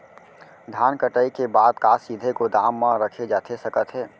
धान कटाई के बाद का सीधे गोदाम मा रखे जाथे सकत हे?